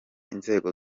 inzego